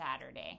Saturday